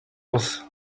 was